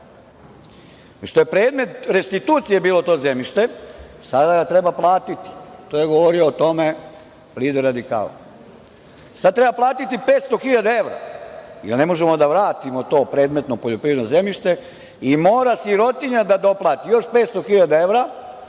Pošto je predmet restitucije bilo to zemljište, sada ga treba platiti. O tome je govorio lider radikala. Sada treba platiti 500 hiljada evra, jer ne možemo da vratimo to predmetno poljoprivredno zemljište i mora sirotinja da doplati još 500 hiljada evra,